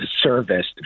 serviced